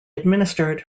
administered